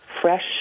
fresh